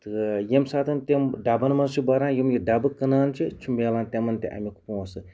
تہٕ ییٚمہِ ساتَن تِم ڈَبَن مَنٛز چھِ بَران یِم یہِ ڈَبہٕ کٕنان چھِ چھُ مِلان تمِن تہٕ امیُک پونٛسہٕ